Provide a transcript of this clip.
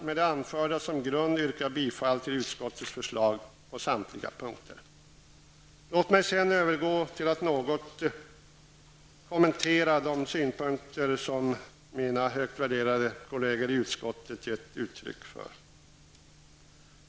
Med det anförda som grund yrkar jag bifall till utskottets hemställan i samtliga punkter. Låt mig sedan övergå till att något kommentera de synpunkter som mina högt värderade kollegor i utskottet gett uttryck för.